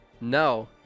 No